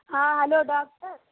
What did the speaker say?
ہاں hello doctor